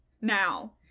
now